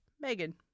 Megan